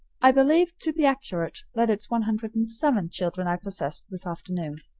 i believe, to be accurate, that it's one hundred and seven children i possess this afternoon.